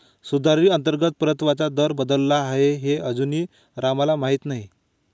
सुधारित अंतर्गत परताव्याचा दर बदलला आहे हे अजूनही रामला माहीत नाही